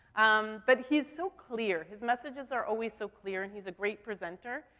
um, but he's so clear. his messages are always so clear, and he's a great presenter,